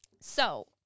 So-